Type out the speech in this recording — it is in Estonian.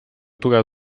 tugev